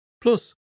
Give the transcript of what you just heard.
Plus